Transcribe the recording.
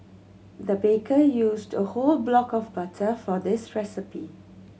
the baker used a whole block of butter for this recipe